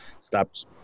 stopped